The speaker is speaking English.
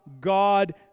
God